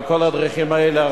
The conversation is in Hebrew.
וכל הדרכים האלה,